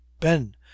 Ben